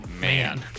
man